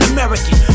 American